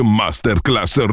masterclass